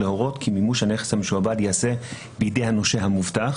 להורות כי מימוש הנכס המשועבד ייעשה בידי הנושה המובטח"